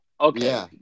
Okay